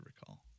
recall